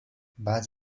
bus